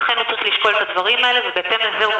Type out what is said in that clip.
לכן הוא צריך לשקול את הדברים האלה ובהתאם לזה הוא